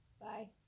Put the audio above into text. Bye